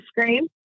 screen